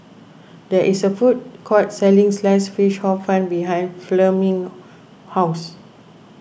there is a food court selling Sliced Fish Hor Fun behind Fleming's house